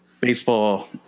baseball